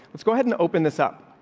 let's go ahead and open this up.